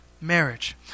marriage